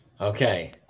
Okay